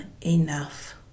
enough